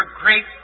great